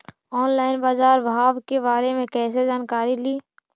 Online बाजार भाव के बारे मे कैसे जानकारी ली?